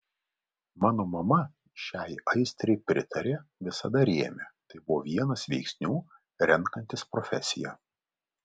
mano mama šiai aistrai pritarė visada rėmė tai buvo vienas veiksnių renkantis profesiją